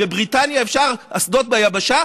בבריטניה אפשר אסדות ביבשה,